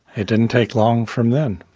it didn't take long from then.